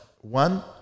One